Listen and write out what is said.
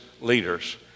leaders